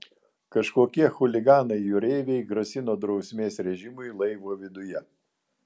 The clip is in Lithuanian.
kažkokie chuliganai jūreiviai grasino drausmės režimui laivo viduje